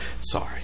Sorry